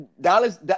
Dallas